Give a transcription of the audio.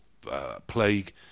Plague